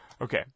okay